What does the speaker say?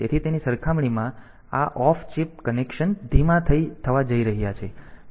તેથી તેની સરખામણીમાં આ ઓફ ચિપ કનેક્શન ધીમા થવા જઈ રહ્યા છે